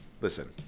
listen